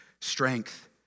strength